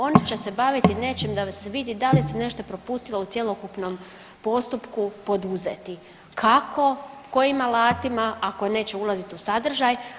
Oni će se baviti nečim da se vidi da li se nešto propustilo u cjelokupnom postupku poduzeti kako, kojim alatima ako neće ulaziti u sadržaj.